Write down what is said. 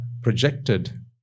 projected